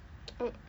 um